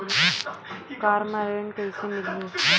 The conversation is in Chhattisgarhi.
कार म ऋण कइसे मिलही?